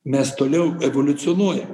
mes toliau evoliucionuojam